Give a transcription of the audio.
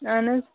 اہَن حَظ